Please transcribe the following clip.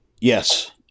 Yes